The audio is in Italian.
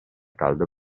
caldo